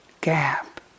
gap